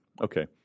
Okay